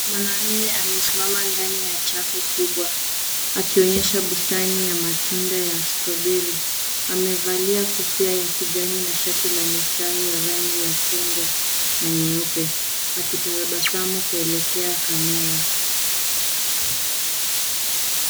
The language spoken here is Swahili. Mwanaume amesimama ndani ya chafu kubwa akiionyesha beseni la matunda ya stroberi. Amevalia kufuli ya kijani yenye mistari ya rangi ya chungwa na nyeupe, akitabasamu kuelekea kamera.